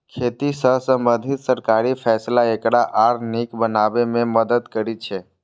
खेती सं संबंधित सरकारी फैसला एकरा आर नीक बनाबै मे मदति करै छै